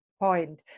point